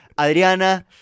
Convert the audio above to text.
adriana